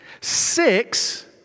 Six